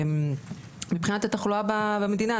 מבחינת התחלואה במדינה,